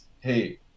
hey